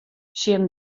tsjin